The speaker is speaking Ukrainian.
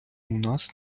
нас